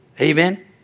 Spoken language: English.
Amen